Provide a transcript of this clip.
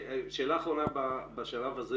שאלה אחרונה בשלב הזה